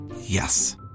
Yes